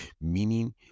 meaning